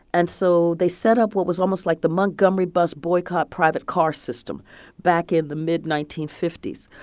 and so they set up what was almost like the montgomery bus boycott private car system back in the mid nineteen fifty s,